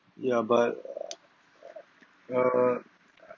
ya but err